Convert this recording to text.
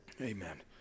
Amen